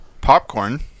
Popcorn